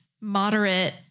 moderate